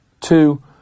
Two